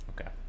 Okay